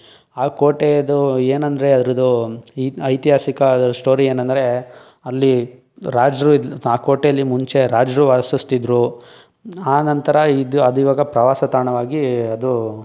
ಆ ಕೋಟೆಯದು ಏನಂದರೆ ಅದ್ರದ್ದು ಇ ಐತಿಹಾಸಿಕ ಅದ್ರದ್ದು ಸ್ಟೋರಿ ಏನಂದರೆ ಅಲ್ಲಿ ರಾಜರು ಇದು ಆ ಕೋಟೆಯಲ್ಲಿ ಮುಂಚೆ ರಾಜರು ವಾಸಿಸ್ತಿದ್ರು ಆ ನಂತರ ಇದು ಅದು ಇವಾಗ ಪ್ರವಾಸ ತಾಣವಾಗಿ ಅದು